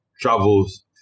travels